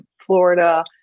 Florida